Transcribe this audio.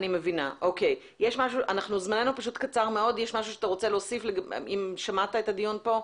יש משהו שאתה רוצה להוסיף אם שמעת את הדיון כאן?